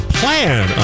plan